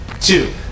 Two